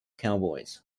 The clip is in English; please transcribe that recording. cowboys